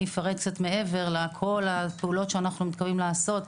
אפרט קצת מעבר על כל הפעולות שאנחנו מתכוונים לעשות,